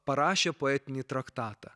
parašė poetinį traktatą